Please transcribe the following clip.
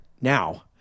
now